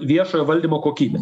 viešojo valdymo kokybę